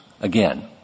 Again